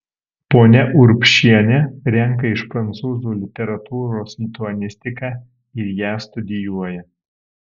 ponia urbšienė renka iš prancūzų literatūros lituanistiką ir ją studijuoja